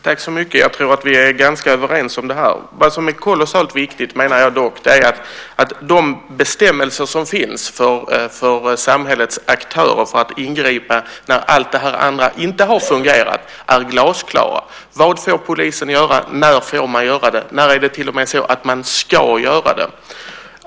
Fru talman! Jag tror att vi är ganska överens. Vad som är kolossalt viktigt är att de bestämmelser som finns för samhällets aktörer att ingripa när allt det andra inte har fungerat är glasklara. Vad får polisen göra? När får de göra det? När är det till och med så att de ska göra det?